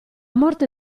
morte